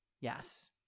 Yes